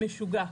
משוגע,